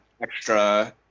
extra